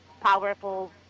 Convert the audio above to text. powerful